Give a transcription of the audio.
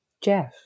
Jeff